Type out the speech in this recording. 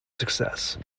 success